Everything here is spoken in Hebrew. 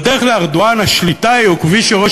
בדרך לארדואן השליטה היא או כפי שראש